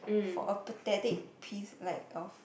for a pathetic piece like of